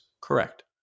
Correct